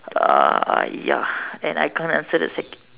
ah ya and I can't answer the sec